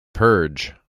purge